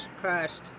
crashed